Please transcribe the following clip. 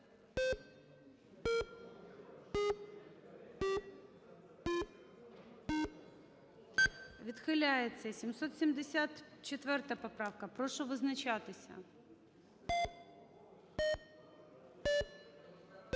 Відхиляється. 772 поправка. Прошу визначатися.